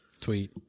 tweet